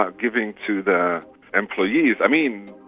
ah giving to the employees, i mean,